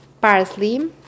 parsley